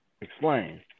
Explain